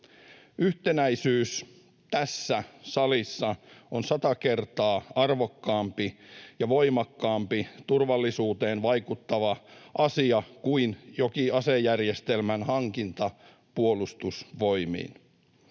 Yhtenäisyys tässä salissa on sata kertaa arvokkaampi ja voimakkaampi turvallisuuteen vaikuttava asia kuin jokin asejärjestelmän hankinta Puolustusvoimiin